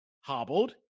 hobbled